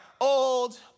old